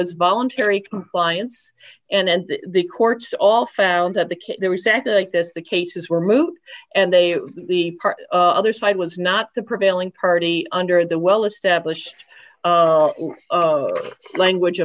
was voluntary compliance and the courts all found that the kid there was nd like this the cases were moved and they are other side was not the prevailing party under the well established language